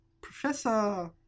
Professor